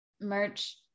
merch